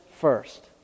first